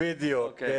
הזה.